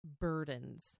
burdens